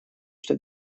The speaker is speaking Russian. что